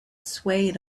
swayed